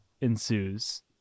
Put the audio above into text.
ensues